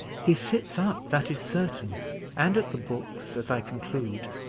he sits up, that is certain and at the books, as i conclude.